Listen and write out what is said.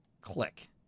Click